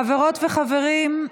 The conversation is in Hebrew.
חברות וחברים,